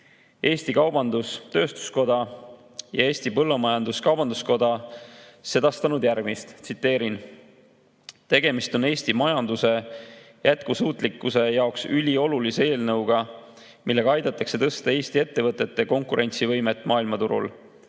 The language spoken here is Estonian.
Eesti Kaubandus-Tööstuskoda ja Eesti Põllumajandus-Kaubanduskoda sedastanud järgmist: "Tegemist on Eesti majanduse jätkusuutlikkuse jaoks üliolulise eelnõuga, millega aidatakse tõsta Eesti ettevõtete konkurentsivõimet maailmaturul